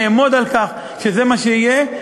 אעמוד על כך שזה מה שיהיה,